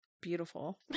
Beautiful